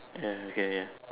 ya okay ya